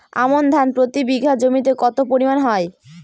আমন ধান প্রতি বিঘা জমিতে কতো পরিমাণ হয়?